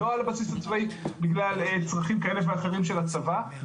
היא לא על הבסיס הצבאי בגלל צרכים כאלה ואחרים של הצבא.